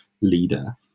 leader